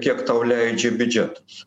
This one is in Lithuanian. kiek tau leidžia biudžetas